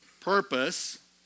purpose